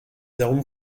arômes